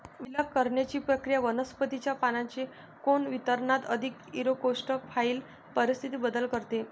विलग करण्याची प्रक्रिया वनस्पतीच्या पानांच्या कोन वितरणात अधिक इरेक्टोफाइल परिस्थितीत बदल करते